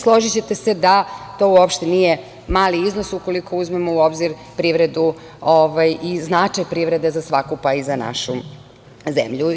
Složićete se da to nije uopšte mali iznos ukoliko uzmemo u obzir privredu i značaj privrede za svaku, pa i za našu zemlju.